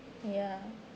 ya